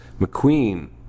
McQueen